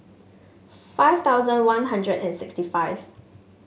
five thousand One Hundred and sixty five